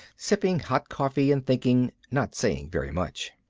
sipping hot coffee and thinking, not saying very much.